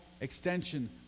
extension